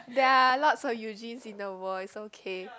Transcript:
they're lots of Eugenes in the world is okay